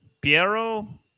Piero